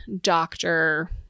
doctor